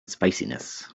spiciness